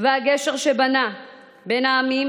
ועל הגשר שבנה בין העמים,